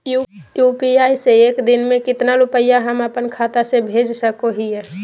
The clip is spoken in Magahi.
यू.पी.आई से एक दिन में कितना रुपैया हम अपन खाता से भेज सको हियय?